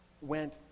went